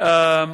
תודה.